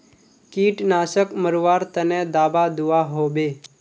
कीटनाशक मरवार तने दाबा दुआहोबे?